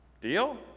Deal